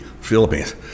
Philippines